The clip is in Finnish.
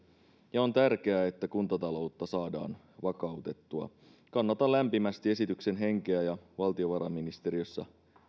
ja on tärkeää että kuntataloutta saadaan vakautettua kannatan lämpimästi esityksen henkeä ja valtiovarainministeriössä